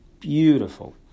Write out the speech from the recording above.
Beautiful